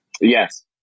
Yes